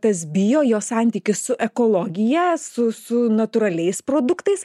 tas bio jo santykis su ekologija su su natūraliais produktais